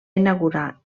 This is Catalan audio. inaugurar